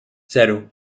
zero